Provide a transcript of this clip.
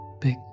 big